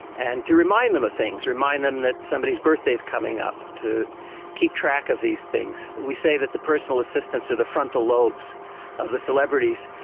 and to remind them of things, remind them that somebody's birthday is coming up, to keep track of these things. we say that the personal assistants are the frontal lobes of the celebrities.